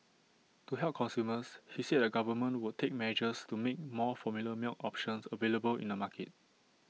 to help consumers he said the government would take measures to make more formula milk options available in the market